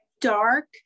dark